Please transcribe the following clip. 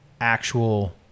actual